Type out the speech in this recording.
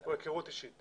או היכרות אישית.